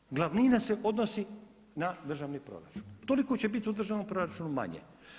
Ima, ima, glavnina se odnosi na državni proračun, toliko će biti u državnom proračunu manje.